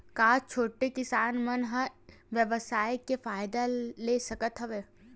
का छोटे किसान मन ई व्यवसाय के फ़ायदा ले सकत हवय?